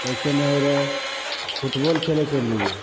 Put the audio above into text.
ओइसँ नहि होइ रहय फुटबॉल खेले चलि जाइयै